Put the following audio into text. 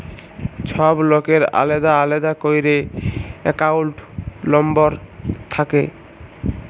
ছব লকের আলেদা আলেদা ক্যইরে একাউল্ট লম্বর থ্যাকে